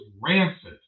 rancid